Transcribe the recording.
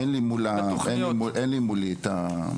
אין לי מולי את התקציב.